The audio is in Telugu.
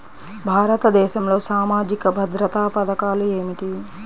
భారతదేశంలో సామాజిక భద్రతా పథకాలు ఏమిటీ?